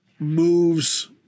moves